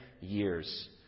years